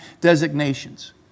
designations